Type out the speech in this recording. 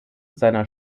seiner